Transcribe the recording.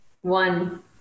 one